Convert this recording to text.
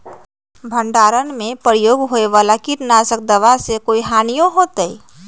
भंडारण में प्रयोग होए वाला किट नाशक दवा से कोई हानियों होतै?